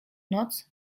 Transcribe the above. noc